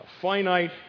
finite